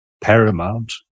paramount